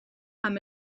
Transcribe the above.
amb